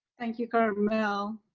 thank you carmel.